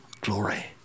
glory